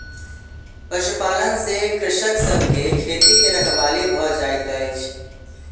पशुपालन से कृषक सभ के खेती के रखवाली भ जाइत अछि